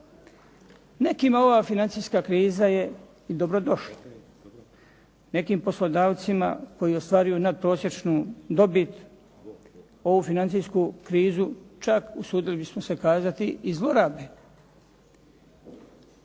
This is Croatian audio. Nekima ova financijska kriza je i dobrodošla. Nekim poslodavcima koji ostvaruju natprosječnu dobit ovu financijsku krizu, čak usudili bismo se kazati i zlorabe.